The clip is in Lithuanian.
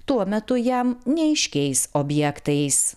tuo metu jam neaiškiais objektais